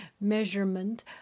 measurement